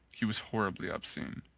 he was horribly obscene.